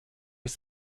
ist